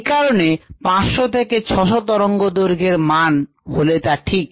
এ কারণে 500 থেকে 600 তরঙ্গ দৈর্ঘ্যের মান হলে তা ঠিক